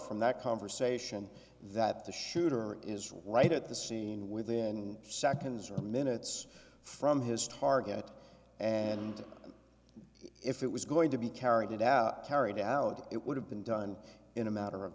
from that conversation that the shooter is right at the scene within seconds or minutes from his target and if it was going to be carried out carried out it would have been done in a matter of